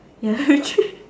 ya we three